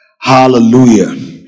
hallelujah